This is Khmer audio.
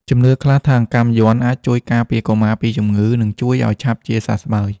ជំនឿខ្លះថាអង្កាំយ័ន្តអាចជួយការពារកុមារពីជំងឺ ឬជួយឱ្យឆាប់ជាសះស្បើយ។